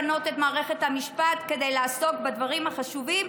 ומצד שני בא לפנות את מערכת המשפט כדי לעסוק בדברים החשובים.